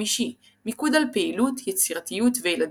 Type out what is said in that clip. הבית ה-5 - מיקוד על פעילות, יצירתיות וילדים.